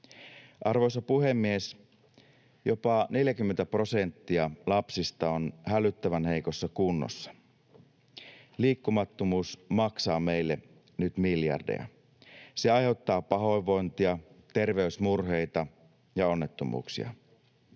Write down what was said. Arvoisa puhemies! Jopa 40 prosenttia lapsista on hälyttävän heikossa kunnossa. Liikkumattomuus maksaa meille nyt miljardeja. Se aiheuttaa pahoinvointia, terveysmurheita ja onnettomuuksia.